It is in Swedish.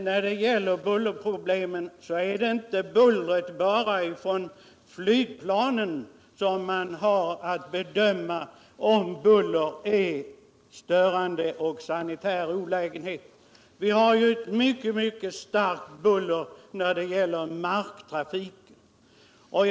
När det gäller bullerproblemet är det helt naturligt att inte bara bullret från flygplanen är att bedöma som störande och som sanitär olägenhet. Vi har ju ett mycket starkt buller från marktrafiken.